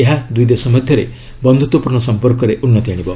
ଏହା ଦୁଇଦେଶ ମଧ୍ୟରେ ବନ୍ଧୁତ୍ୱପୂର୍ଣ୍ଣ ସମ୍ପର୍କରେ ଉନ୍ନତି ଆଣିବ